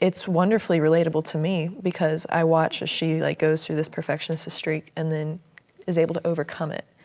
it's wonderfully relatable to me because i watch where she like goes through this perfectionist streak and then is able to overcome it.